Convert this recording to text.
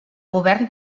govern